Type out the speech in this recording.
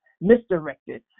misdirected